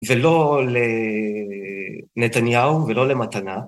ולא לנתניהו, ולא למתנה.